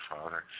Father